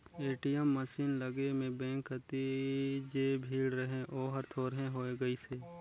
ATM machine लगे में bank कति जे भीड़ रहें ओहर थोरहें होय गईसे